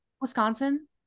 Wisconsin